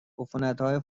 عفونتهای